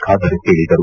ಖಾದರ್ ಹೇಳಿದರು